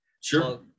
sure